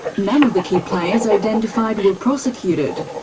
none of the key players identified were prosecuted.